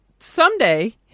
someday